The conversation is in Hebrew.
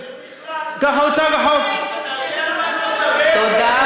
אתה יודע על מה אתה מדבר בכלל?